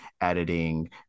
editing